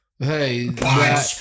Hey